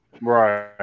Right